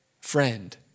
friend